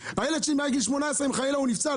הילד שלי שמעל גיל 18 אם הוא חלילה יפצע,